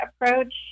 approach